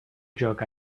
joke